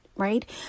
right